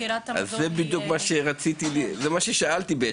בחירת המזון היא --- אז זה בדיוק מה ששאלתי לגביו,